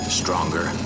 stronger